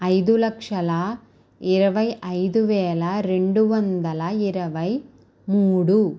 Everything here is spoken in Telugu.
ఐదు లక్షల ఇరవై ఐదు వేల రెండు వందల ఇరవై మూడు